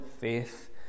faith